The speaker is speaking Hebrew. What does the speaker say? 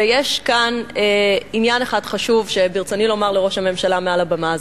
ויש כאן עניין אחד חשוב שברצוני לומר לראש הממשלה מעל הבמה הזאת.